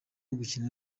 ugukina